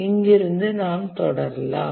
இங்கிருந்து நாம் தொடரலாம்